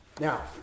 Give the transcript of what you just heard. Now